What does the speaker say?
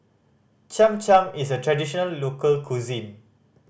Cham Cham is a traditional local cuisine